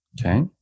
Okay